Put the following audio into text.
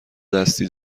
دستی